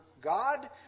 God